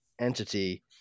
entity